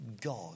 God